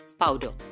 powder